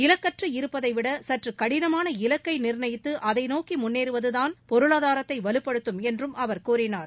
இலக்கற்று இருப்பதைவிட சற்று கடினமான இலக்கை நிர்ணயித்து அதை நோக்கி முன்னேறுவதுதான் பொருளாதாரத்தை வலுப்படுத்தும் என்று அவர் கூறினார்